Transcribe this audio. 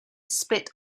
split